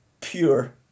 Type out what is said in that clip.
pure